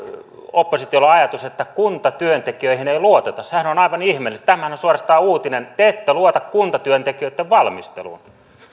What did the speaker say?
oppositiolla ajatus että kuntatyöntekijöihin ei luoteta sehän on aivan ihmeellistä tämähän on suorastaan uutinen te ette luota kuntatyöntekijöitten valmisteluun